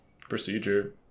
procedure